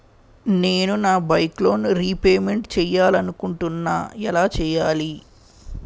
నేను నా bike loan repayment చేయాలనుకుంటున్నా ఎలా చేయాలి?